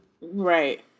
Right